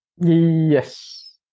Yes